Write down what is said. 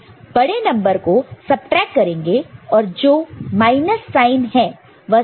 बड़े नंबर को सबट्रैक्ट करेंगे और जो माइनस साइन है वह साइन बिट पर आएगा